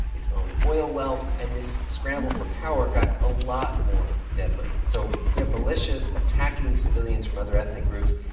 its own oil wealth. and this scramble for power got a lot more deadly. so you have militias attacking civilians from other ethnic groups,